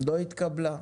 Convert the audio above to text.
לא התקבלה.